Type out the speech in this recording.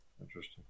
Interesting